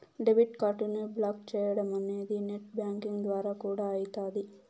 debit కార్డుని block చేయడమనేది net banking ద్వారా కూడా అయితాది